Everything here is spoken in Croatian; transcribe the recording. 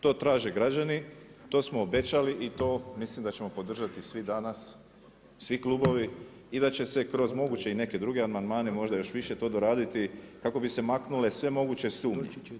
To traže građani, to smo obećali i to mislim da ćemo podržati svi danas, svi klubovi i da će se kroz moguće i neke druge amandmane možda još više to doraditi kako bi se maknule sve moguće sumnje.